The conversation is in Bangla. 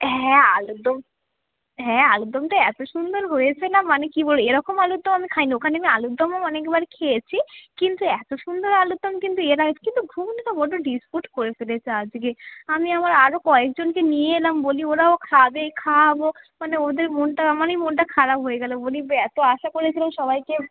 হ্যাঁ আলুরদম হ্যাঁ আলুরদমটা এতো সুন্দর হয়েছে না মানে কী বলবো এরকম আলুরদম আমি খাই নি ওখানে আমি আলুরদম অনেকবার খেয়েছি কিন্তু এতো সুন্দর আলুরদম কিন্তু এর আগে কিন্তু ঘুগনিটা বড্ড ডিসপুট করে ফেলেছে আজকে আমি আমার আরও কয়েকজনকে নিয়ে এলাম বলি ওরাও খাবে খাওয়াবো মানে ওদের মনটা আমারই মনটা খারাপ হয়ে গেল বলি যে এতো আশা করেছিলাম সবাইকে